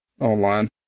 online